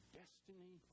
destiny